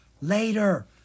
Later